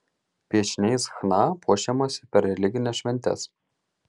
piešiniais chna puošiamasi per religines šventes